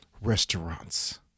restaurants